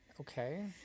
Okay